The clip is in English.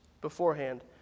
beforehand